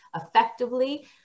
effectively